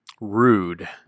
Rude